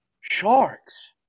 sharks